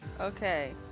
Okay